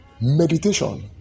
meditation